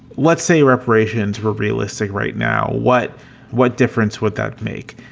let's say reparations were real estate right now. what what difference would that make?